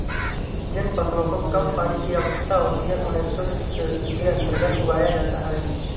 जिन फसलों को कम पानी की आवश्यकता होती है उन्हें शुष्क कृषि के अंतर्गत उगाया जाता है